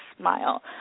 smile